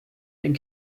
and